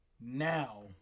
now